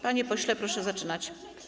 Panie pośle, proszę zaczynać.